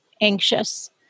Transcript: anxious